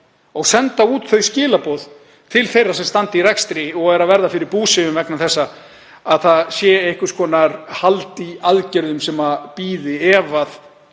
og senda út þau skilaboð til þeirra sem standa í rekstri og eru að verða fyrir búsifjum vegna þessa að það sé einhvers konar hald í aðgerðum sem bíða ef